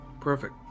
Perfect